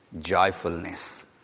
joyfulness